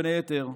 בין היתר,